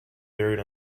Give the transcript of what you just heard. buried